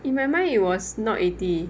in my mind it was not eighty